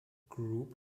group